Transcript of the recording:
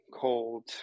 cold